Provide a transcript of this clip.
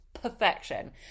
perfection